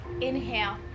inhale